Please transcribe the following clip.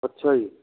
ਅੱਛਾ ਜੀ